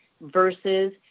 versus